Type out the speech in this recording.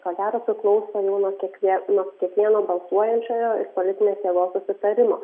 ko gero nu nuo kiekvie nuo kiekvieno balsuojančiojo politinės jėgos susitarimo